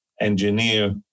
engineer